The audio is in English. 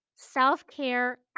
self-care